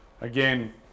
Again